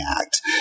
act